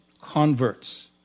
converts